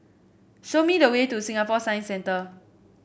show me the way to Singapore Science Centre